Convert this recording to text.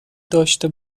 داشته